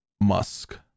Musk